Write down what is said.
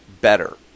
better